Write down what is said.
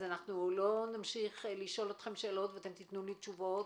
לא נמשיך לשאול אתכם שאלות ותיתנו לי תשובות,